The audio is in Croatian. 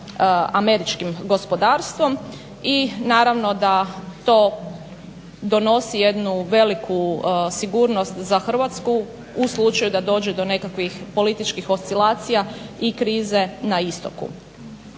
američkim gospodarstvom i naravno da to donosi jednu veliku sigurnost za Hrvatsku u slučaju da dođe do nekakvih političkih oscilacija i krize na Istoku.